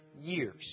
years